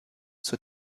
zur